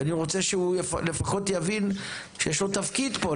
ואני רוצה שהוא לפחות יבין שיש פה תפקיד פה,